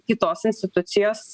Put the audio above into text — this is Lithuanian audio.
kitos institucijos